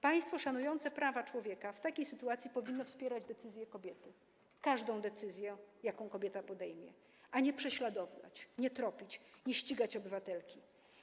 Państwo szanujące prawa człowieka w takiej sytuacji powinno wspierać decyzję kobiety, każdą decyzję, jaką kobieta podejmie, a nie prześladować, nie tropić, nie ścigać obywatelki.